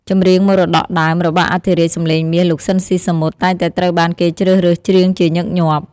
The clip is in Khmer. ចម្រៀងមរតកដើម របស់អធិរាជសម្លេងមាស លោក ស៊ីន ស៊ីសាមុត តែងតែត្រូវបានគេជ្រើសរើសច្រៀងជាញឹកញាប់។